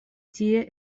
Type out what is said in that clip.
tie